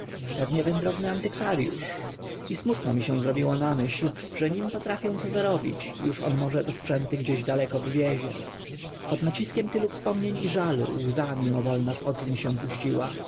pewnie wędrowny antykwariusz i smutno mi się zrobiło na myśl że nim potrafię co zarobić uż on może te sprzęty gdzie daleko wywiezie pod naciskiem tylu wspomnień i żalu łza mimowolnie z oczu mi się puściła